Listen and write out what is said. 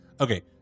Okay